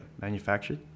manufactured